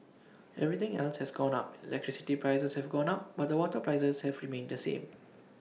everything else has gone up electricity prices have gone up but the water prices have remained the same